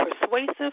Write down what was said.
persuasive